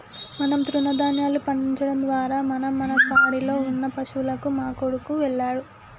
మనం తృణదాన్యాలు పండించడం ద్వారా మనం మన పాడిలో ఉన్న పశువులకు మా కొడుకు వెళ్ళాడు